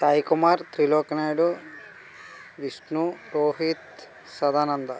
Saikumar Trilokanaidu Vishnu Rohit Sadananda